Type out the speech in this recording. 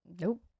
Nope